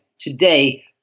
today